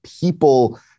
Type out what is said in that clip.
people